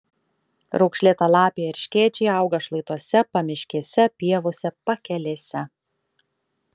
raukšlėtalapiai erškėčiai auga šlaituose pamiškėse pievose pakelėse